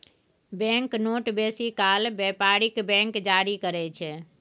bank note बेसी काल बेपारिक बैंक जारी करय छै